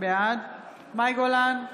בעד מאי גולן,